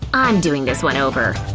i'm doing this one over.